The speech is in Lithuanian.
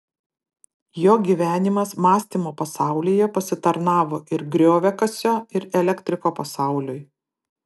jo gyvenimas mąstymo pasaulyje pasitarnavo ir grioviakasio ir elektriko pasauliui